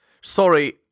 sorry